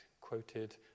quoted